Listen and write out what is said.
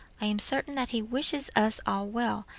i am certain that he wishes us all well,